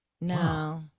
No